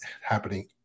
happening